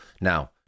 Now